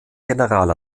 general